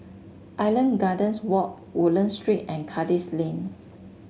Island Gardens Walk Woodlands Street and Kandis Lane